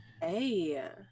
Hey